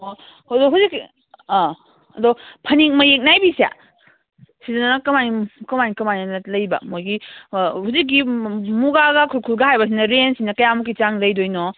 ꯑꯣ ꯑꯗꯣ ꯍꯧꯖꯤꯛꯀꯤ ꯑꯥ ꯑꯗꯣ ꯐꯅꯦꯛ ꯃꯌꯦꯛ ꯅꯥꯏꯕꯤꯁꯦ ꯁꯤꯗꯅ ꯀꯃꯥꯏ ꯀꯃꯥꯏ ꯀꯃꯥꯏꯅ ꯂꯩꯕ ꯃꯈꯣꯏꯒꯤ ꯍꯧꯖꯤꯛꯀꯤ ꯃꯨꯒꯥꯒ ꯈꯨꯔꯈꯨꯜꯒ ꯍꯥꯏꯕꯁꯤꯅ ꯔꯦꯟꯖꯁꯤꯅ ꯀꯌꯥꯃꯨꯛꯀꯤ ꯆꯥꯡ ꯂꯩꯗꯣꯏꯅꯣ